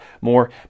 more